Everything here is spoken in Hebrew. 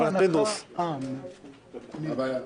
מה הבעיה?